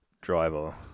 driver